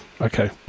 okay